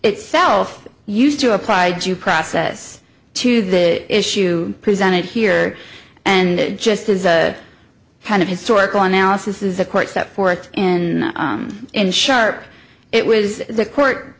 itself used to apply due process to the issue presented here and it just is a kind of historical analysis is the court set forth in in sharp it was the court